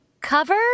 cover